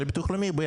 לאומי